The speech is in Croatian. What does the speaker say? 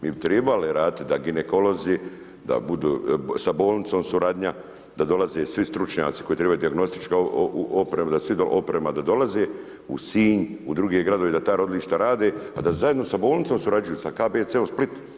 Mi bi trebali raditi da ginekolozi, da budu, sa bolnicom suradnja, da dolaze svi stručnjaci koji trebaju dijagnostička oprema da dolaze u Sinj, u druge gradove, da ta rodilišta rade, a da zajedno sa bolnicom surađuju, sa KBC-om Split,